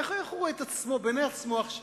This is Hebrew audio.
איך הוא רואה את עצמו בעיני עצמו עכשיו?